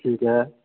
ठीक ऐ